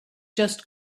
just